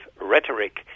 rhetoric